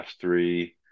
three